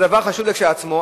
זה דבר חשוב כשלעצמו,